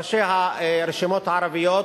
ראשי הרשימות הערביות,